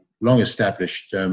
long-established